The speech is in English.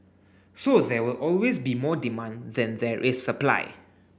so there will always be more demand than there is supply